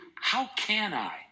how-can-I